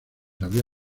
habría